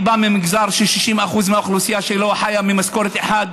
אני בא ממגזר ש-60% מהאוכלוסייה בו חיה ממשכורת אחת.